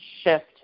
shift